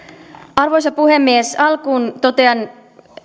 arvoisa puhemies alkuun totean